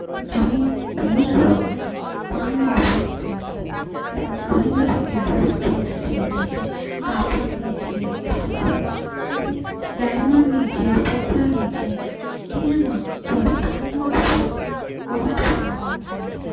જમીન ભીની કરવા માટે પાણીનો ઉપયોગ થાય છે તેમજ ઘણીબધી ઇન્ડસ્ટ્રીઝ છે જેમકે કાપળની છે કે પછી કોઈ ડાયમંડની છે પથ્થરની છે તેનામાં પણ પાણીનો ઉપયોગ બહોળા પ્રમાણમાં થાય છે